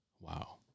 wow